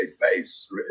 face